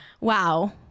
Wow